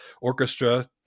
orchestra